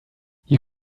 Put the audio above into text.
you